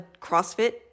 CrossFit